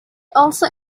also